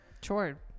Sure